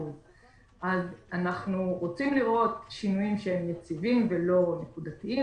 אז אנחנו רוצים לראות שינויים שהם יציבים ולא נקודתיים